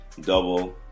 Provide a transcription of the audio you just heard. double